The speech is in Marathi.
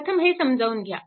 प्रथम हे समजावून घ्या